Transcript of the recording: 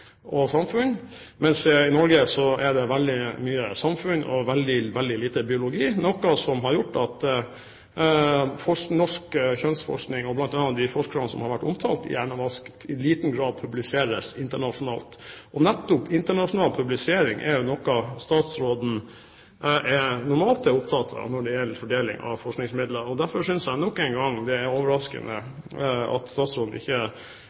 veldig lite biologi, noe som har gjort at norsk kjønnsforskning, bl.a. av de forskerne som har vært omtalt i Hjernevask, i liten grad publiseres internasjonalt. Nettopp internasjonal publisering er noe statsråden normalt er opptatt av når det gjelder fordeling av forskningsmidler. Derfor synes jeg nok en gang det er overraskende at statsråden ikke